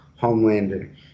Homelander